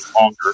longer